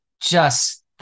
Just-